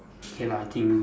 okay lah I think